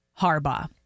Harbaugh